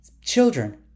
children